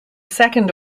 second